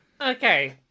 Okay